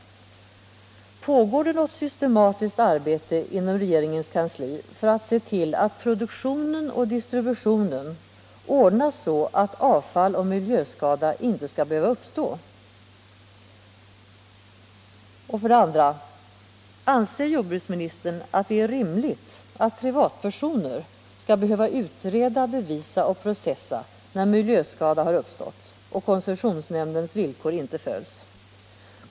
Pågår det något systematiskt arbete inom regeringens kansli för att se till att produktionen och distributionen ordnas så att avfall och miljöskada inte skall behöva uppstå? 2. Anser jordbruksministern att det är rimligt att privatpersoner skall behöva utreda, bevisa och processa när miljöskada har uppstått och koncessionsnämndens villkor inte följs?